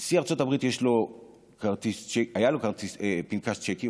לנשיא ארצות הברית היה פנקס צ'קים,